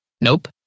Nope